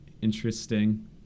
interesting